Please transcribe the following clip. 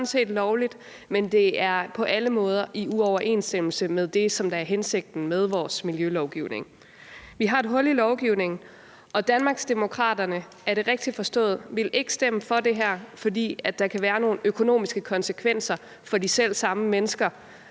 Det er sådan set lovligt, men det er på alle måder i uoverensstemmelse med det, som er hensigten med vores miljølovgivning. Vi har et hul i lovgivningen. Er det rigtigt forstået, at Danmarksdemokraterne ikke vil stemme for det her, fordi det kan have nogle økonomiske konsekvenser for de selv samme mennesker,